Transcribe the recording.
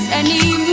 anymore